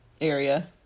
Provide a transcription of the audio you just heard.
area